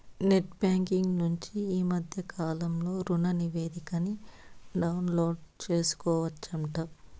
net banking నుంచి ఈ మద్దె కాలంలో రుణనివేదికని డౌన్లోడు సేసుకోవచ్చంట